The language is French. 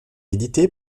édité